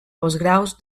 postgraus